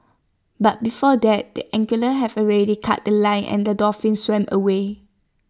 but before that the angler have already cut The Line and the dolphin swam away